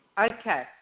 Okay